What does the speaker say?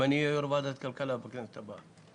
אם אני אהיה יושב-ראש ועדת הכלכלה בכנסת הבאה.